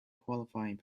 qualifying